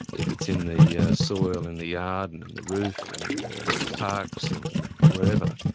if it's in the ah soil in the yard, and in the roof, and in the parks, and wherever,